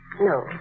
No